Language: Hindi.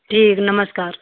ठीक नमस्कार